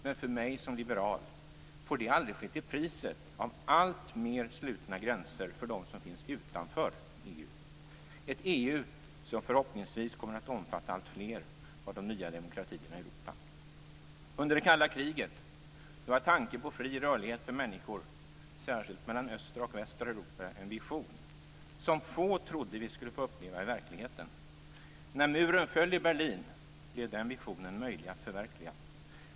Men för mig som liberal får det aldrig ske till priset av alltmer slutna gränser för dem som finns utanför EU; ett EU, som förhoppningsvis kommer att omfatta alltfler av de nya demokratierna i Europa. Under det kalla kriget var tanken på fri rörlighet för människor, särskilt mellan östra och västra Europa, en vision som få trodde vi skulle få uppleva i verkligheten. När muren föll i Berlin blev den visionen möjlig att förverkliga.